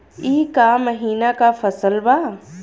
ई क महिना क फसल बा?